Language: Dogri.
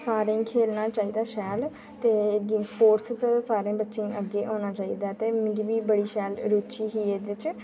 सारें ई खेढना बी चाहिदा शैल ते स्पोर्टस बिच सारें बच्चें ई अग्गें औना चाहिदा ते मिगी बड़ी शैल रुची ऐ खेढने बिच